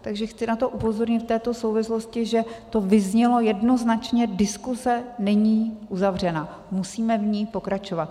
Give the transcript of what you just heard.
Takže chci na to upozornit v této souvislosti, že to vyznělo jednoznačně: diskuse není uzavřena, musíme v ní pokračovat.